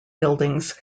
buildings